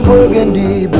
Burgundy